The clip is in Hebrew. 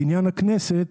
בניין הכנסת,